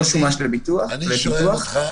לא השתמשו בו לפיתוח.